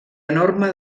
enorme